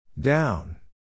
Down